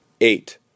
Eight